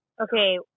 Okay